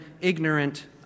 ignorant